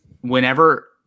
whenever